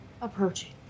approaching